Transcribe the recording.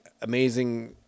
Amazing